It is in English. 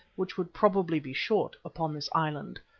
which would probably be short, upon this island,